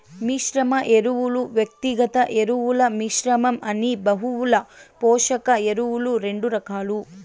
మిశ్రమ ఎరువులు, వ్యక్తిగత ఎరువుల మిశ్రమం అని బహుళ పోషక ఎరువులు రెండు రకాలు